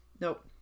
nope